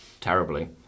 Terribly